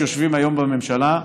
שיושבים היום בממשלה,